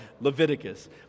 Leviticus